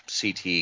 CT